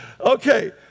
okay